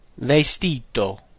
vestito